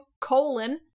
colon